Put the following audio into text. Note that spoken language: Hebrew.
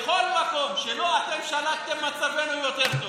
בכל מקום שלא אתם שלטתם מצבנו יותר טוב.